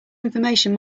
information